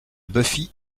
buffy